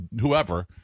whoever